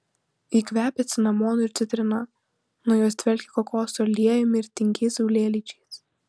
ji kvepia cinamonu ir citrina nuo jos dvelkia kokosų aliejumi ir tingiais saulėlydžiais